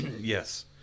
Yes